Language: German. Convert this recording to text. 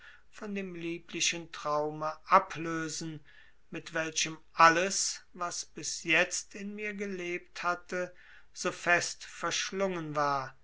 von dem lieblichen traume ablösen mit welchem alles was bis jetzt in mir gelebt hatte so fest verschlungen war